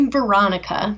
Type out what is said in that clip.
Veronica